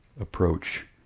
approach